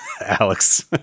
Alex